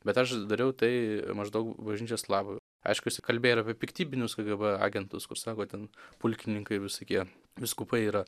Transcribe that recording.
bet aš dariau tai maždaug bažnyčios labui aišku jisai kalbėjo ir apie piktybinius kgb agentus kur sako ten pulkininkai visokie vyskupai yra